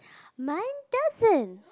mine doesn't